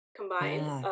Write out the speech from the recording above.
combined